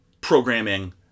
programming